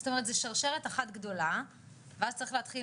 זאת אומרת שזו שרשרת אחת גדולה ואז צריך להתחיל